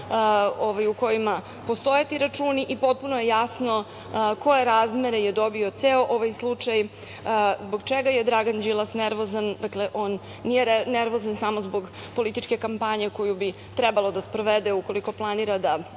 u kojima postoje ti računi, i potpuno je jasno koje razmere je dobio ceo ovaj slučaj zbog čega je Dragan Đilas nervozan. Dakle, on nije nervozan samo zbog političke kampanje koju bi trebalo da sprovede ukoliko planira da